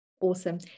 Awesome